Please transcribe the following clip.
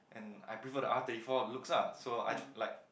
and I prefer the R thirty four looks lah so I like